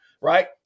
right